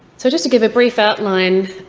so just to give a brief outline,